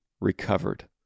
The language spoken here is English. recovered